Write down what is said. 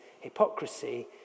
hypocrisy